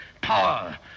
Power